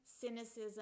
cynicism